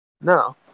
No